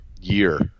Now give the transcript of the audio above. year